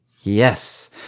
Yes